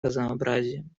разнообразием